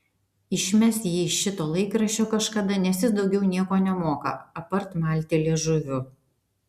išmes jį iš šito laikraščio kažkada nes jis daugiau nieko nemoka apart malti liežuviu